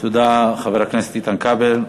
תודה, חבר הכנסת איתן כבל.